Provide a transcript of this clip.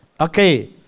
Okay